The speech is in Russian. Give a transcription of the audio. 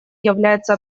является